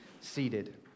seated